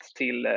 till